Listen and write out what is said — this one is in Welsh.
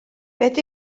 beth